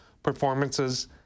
performances